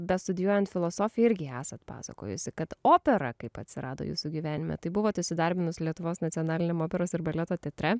bestudijuojant filosofiją irgi esat pasakojusi kad opera kaip atsirado jūsų gyvenime tai buvot įsidarbinusi lietuvos nacionaliniam operos ir baleto teatre